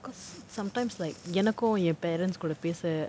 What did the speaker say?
because sometimes like எனக்கும் என்:enakkum en parents கூட பேச:kooda pesa